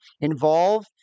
involve